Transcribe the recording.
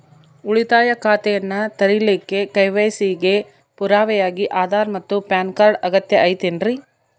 ಉಳಿತಾಯ ಖಾತೆಯನ್ನ ತೆರಿಲಿಕ್ಕೆ ಕೆ.ವೈ.ಸಿ ಗೆ ಪುರಾವೆಯಾಗಿ ಆಧಾರ್ ಮತ್ತು ಪ್ಯಾನ್ ಕಾರ್ಡ್ ಅಗತ್ಯ ಐತೇನ್ರಿ?